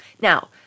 Now